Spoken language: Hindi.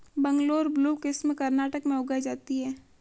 बंगलौर ब्लू किस्म कर्नाटक में उगाई जाती है